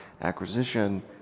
acquisition